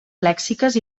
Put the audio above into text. lèxiques